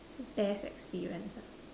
best experience ah